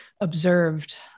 observed